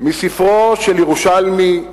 מספרו של ירושלמי,